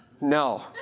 No